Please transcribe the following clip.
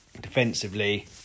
Defensively